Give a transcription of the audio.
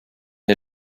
had